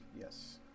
Yes